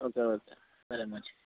okay okay సరే మంచిది